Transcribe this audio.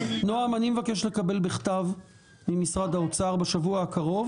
נעם, אני מבקש לקבל בכתב ממשרד האוצר בשבוע הקרוב,